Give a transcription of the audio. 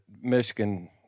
Michigan